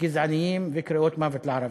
גזעניים וקריאות "מוות לערבים".